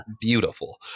beautiful